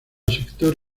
sector